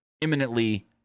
imminently